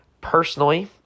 Personally